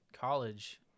college